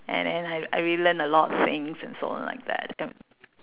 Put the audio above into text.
and and I I really learn a lot of things and so on like that